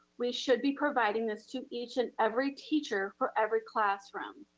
we should be providing this to each and every teacher for every classroom.